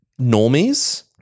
normies